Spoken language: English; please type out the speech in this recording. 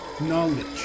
Knowledge